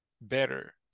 better